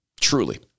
truly